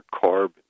carbon